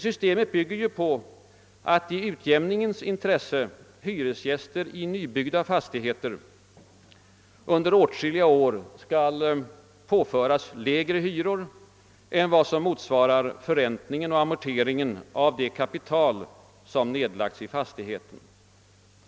Systemet bygger på att i utjämningens intresse hyresgäster i nybyggda fastigheter under åtskilliga år skall påföras lägre hyror än som motsvarar förräntning och amortering av det kapital som nedlagts i fastigheten.